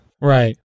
Right